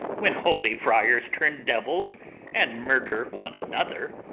when holy friars turn devils and murder one another?